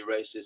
racist